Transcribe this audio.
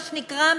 מה שנקרא,